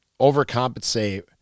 overcompensate